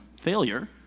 failure